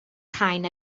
rhain